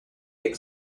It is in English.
big